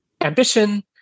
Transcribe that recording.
ambition